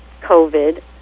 COVID